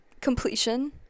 completion